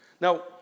Now